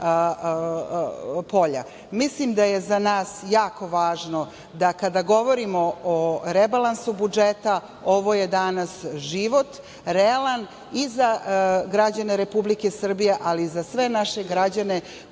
polja. Mislim da je za nas jako važno da, kada govorimo o rebalansu budžeta, ovo je danas život, realan, i za građane Republike Srbije, ali i za sve naše građane koji danas